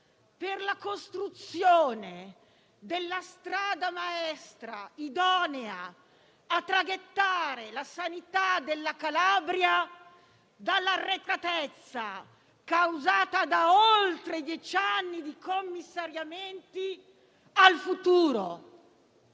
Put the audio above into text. per la costruzione della strada maestra idonea a traghettare la sanità della Calabria dall'arretratezza - causata da oltre dieci anni di commissariamenti - al futuro,